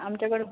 आमच्याकडं